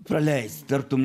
praleist tartum